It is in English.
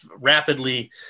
rapidly